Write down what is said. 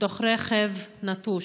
בתוך רכב נטוש.